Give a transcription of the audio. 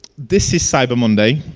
this is cyber monday,